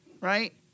right